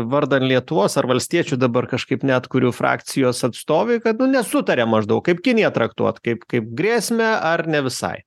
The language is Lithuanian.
vardan lietuvos ar valstiečių dabar kažkaip neatkuriu frakcijos atstovai kad nu nesutariam maždaug kaip kiniją traktuot kaip kaip grėsmę ar ne visai